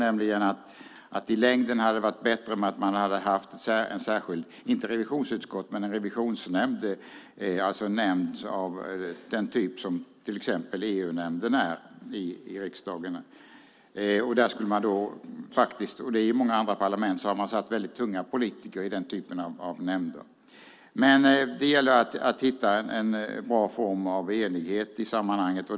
Jag tror att det i längden hade varit bättre med en särskild revisionsnämnd, inte revisionsutskott, det vill säga en nämnd av den typ som till exempel EU-nämnden är i riksdagen. I många andra parlament har man satt tunga politiker i den typen av nämnder. Det gäller att hitta en bra form av enighet i sammanhanget.